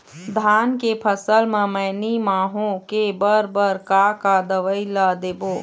धान के फसल म मैनी माहो के बर बर का का दवई ला देबो?